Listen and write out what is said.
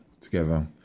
together